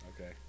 Okay